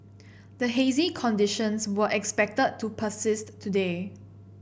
the hazy conditions were expected to persist today